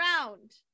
round